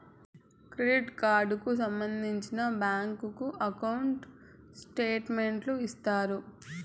Credit card కు సంబంధించిన bank account statement ఇస్తారా?